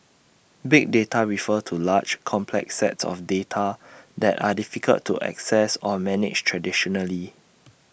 big data refers to large complex sets of data that are difficult to access or manage traditionally